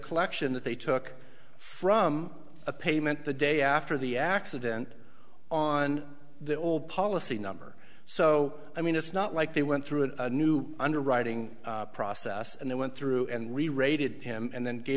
collection that they took from a payment the day after the accident on the old policy number so i mean it's not like they went through a new underwriting process and they went through and we rated him and then